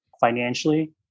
financially